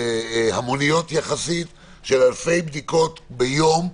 המוניות יחסית, של אלפי בדיקות ביום.